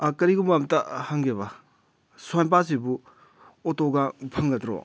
ꯀꯔꯤꯒꯨꯝꯕ ꯑꯝꯇ ꯍꯪꯒꯦꯕ ꯁ꯭ꯋꯥꯏ ꯃꯄꯥꯁꯤꯕꯨ ꯑꯣꯇꯣꯒ ꯐꯪꯒꯗ꯭ꯔꯣ